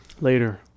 Later